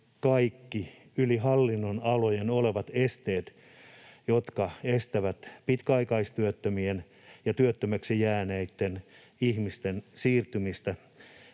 kaikki yli hallinnonalojen olevat esteet, jotka estävät pitkäaikaistyöttömien ja työttömäksi jääneitten ihmisten siirtymistä